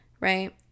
Right